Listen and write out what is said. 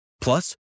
Plus